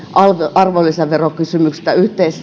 arvonlisäverokysymystä